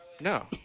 No